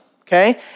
okay